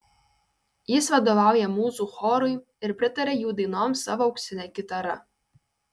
jis vadovauja mūzų chorui ir pritaria jų dainoms savo auksine kitara